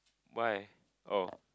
why oh